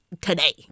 today